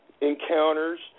encounters